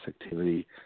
activity